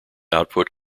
output